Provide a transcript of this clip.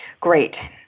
Great